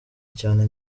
cyane